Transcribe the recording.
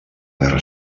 guerra